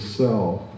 self